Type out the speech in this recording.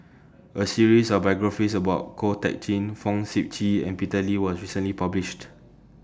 A series of biographies about Ko Teck Kin Fong Sip Chee and Peter Lee was recently published